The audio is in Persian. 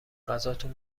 غذاتون